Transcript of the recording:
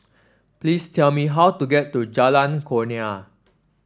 please tell me how to get to Jalan Kurnia